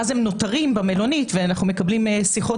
ואז הם נותרים במלונית ואנחנו מקבלים שיחות